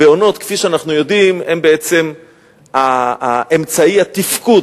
הבהונות, כפי שאנחנו יודעים, הן אמצעי התפקוד.